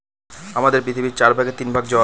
আমাদের পৃথিবীর চার ভাগের তিন ভাগ জল